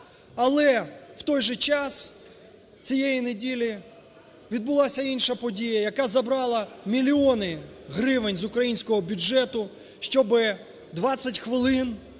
Але в той же час цієї неділі відбулася інша подія, яка забрала мільйони гривень з українського бюджету, щоб 20 хвилин